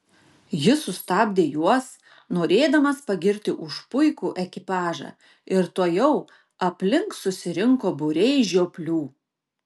jis sustabdė juos norėdamas pagirti už puikų ekipažą ir tuojau aplink susirinko būriai žioplių